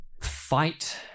fight